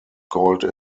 called